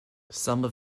some